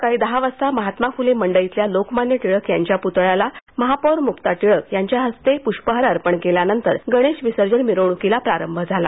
सकाळी दहा वाजता महात्मा फ़ले मंडईतल्या लोकमान्य टिळक यांच्या प्तळ्याला महापौर मुक्ता टिळक यांच्या हस्ते प्रष्पहार अर्पण केल्यानंतर गणेश विसर्जन मिरवण्कीला प्रारंभ झाला